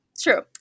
True